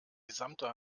gesamte